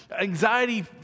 Anxiety